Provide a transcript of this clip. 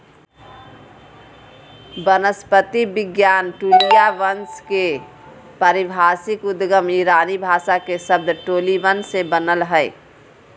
वनस्पति विज्ञान ट्यूलिया वंश के पारिभाषिक उद्गम ईरानी भाषा के शब्द टोलीबन से बनल हई